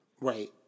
Right